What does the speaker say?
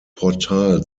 portal